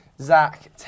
Zach